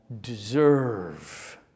deserve